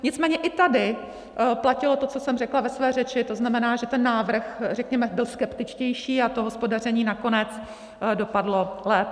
Nicméně i tady platilo to, co jsem řekla ve své řeči, to znamená, že ten návrh, řekněme, byl skeptičtější, a to hospodaření nakonec dopadlo lépe.